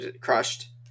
crushed